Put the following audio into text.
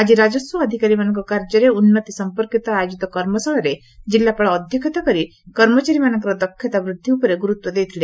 ଆଜି ରାଜସ୍ ଅଧିକାରୀ ମାନଙ୍ଙ କାର୍ଯ୍ୟରେ ଉନ୍ ସଂପର୍କିତ ଆୟୋକିତ କର୍ମଶାଳାରେ ଜିଲ୍ଲାପାଳ ଅଧ୍ୟକ୍ଷତା କରି କର୍ମଚାରୀ ମାନଙ୍କର ଦକ୍ଷତା ବୃଦ୍ଧି ଉପରେ ଗୁରୁତ୍ୱ ଦେଇଥିଲେ